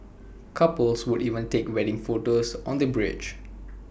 couples would even take wedding photos on the bridge